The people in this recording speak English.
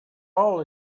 all